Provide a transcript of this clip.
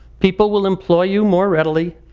people will employ you more readily,